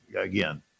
Again